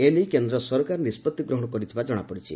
ଏ ନେଇ କେନ୍ଦ୍ର ସରକାର ନିଷ୍ପଭି ଗ୍ରହଣ କରିଥିବା ଜଣାପଡ଼ିଛି